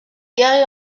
garée